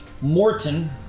Morton